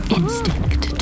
instinct